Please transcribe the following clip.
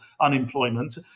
unemployment